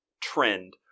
trend